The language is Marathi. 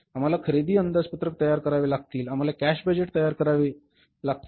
आम्हाला खरेदी अंदाजपत्रक तयार करावे लागतील आम्हाला कॅश बजेट तयार करावे लागेल